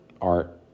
art